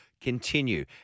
continue